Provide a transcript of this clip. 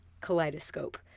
kaleidoscope